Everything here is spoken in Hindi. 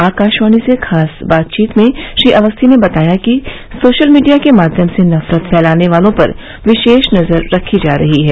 आकाशवाणी से खास बातचीत में श्री अवस्थी ने बताया कि सोशल मीडिया के माध्यम से नफ़रत फैलाने वालों पर विशेष नज़र रखी जा रही है